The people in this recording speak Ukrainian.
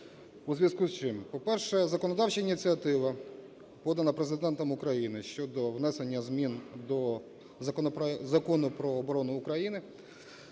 у зв'язку з чим? По-перше, законодавча ініціатива подана Президентом України щодо внесення змін до Закону "Про оборону України"